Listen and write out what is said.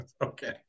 Okay